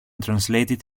translated